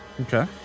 Okay